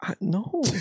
No